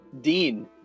Dean